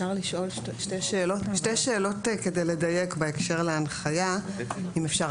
שתי שאלות כדי לדייק בהקשר להנחיה, אם אפשר.